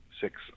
six